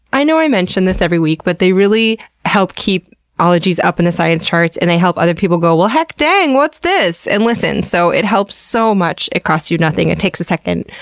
i know i mention this every week, but they really help keep ologies up in the science charts, and they help other people go, well, heckdang! what's this? and then listen. so it helps so much. it costs you nothing and takes a second.